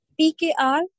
PKR